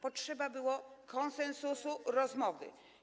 Potrzeba było konsensusu, rozmowy.